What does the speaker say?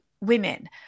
women